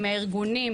מהארגונים,